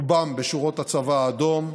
רובם בשורות הצבא האדום,